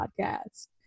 podcast